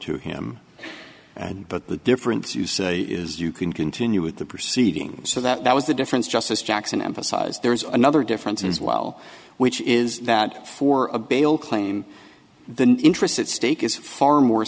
to him and but the difference you say is you can continue with the proceedings so that was the difference just as jackson emphasized there is another difference as well which is that for a bail claim the interest at stake is far more